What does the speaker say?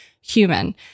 human